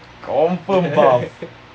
confirm puff